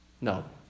No